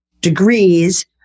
degrees